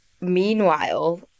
meanwhile